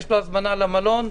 יש לו הזמנה למלון,